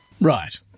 Right